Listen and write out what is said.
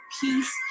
peace